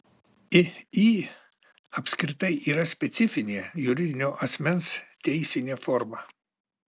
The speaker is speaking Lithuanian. iį apskritai yra specifinė juridinio asmens teisinė forma